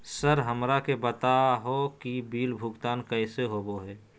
Sir हमरा के बता हो कि बिल भुगतान कैसे होबो है?